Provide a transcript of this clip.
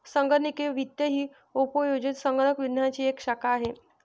संगणकीय वित्त ही उपयोजित संगणक विज्ञानाची एक शाखा आहे